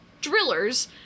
drillers